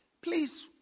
Please